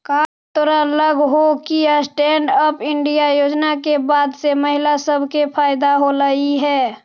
का तोरा लग हो कि स्टैन्ड अप इंडिया योजना के बाद से महिला सब के फयदा होलई हे?